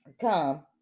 come